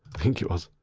think it was.